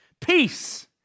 peace